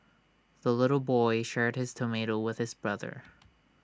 the little boy shared his tomato with his brother